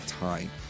time